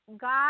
God